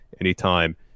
anytime